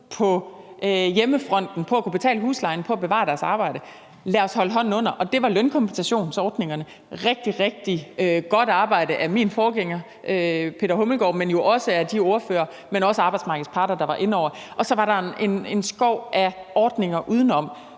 på hjemmefronten, på at kunne betale huslejen og på at bevare deres arbejde. Lad os holde hånden under dem. Der var lønkompensationsordningerne rigtig, rigtig godt arbejde af min forgænger, Peter Hummelgaard, men jo også af de ordførere og arbejdsmarkedets parter, der var inde over. Og så var der en skov af ordninger udenom,